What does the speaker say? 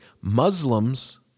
Muslims